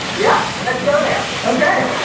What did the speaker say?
yep. let's go there. okay.